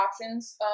options